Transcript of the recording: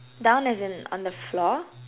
down as in on the floor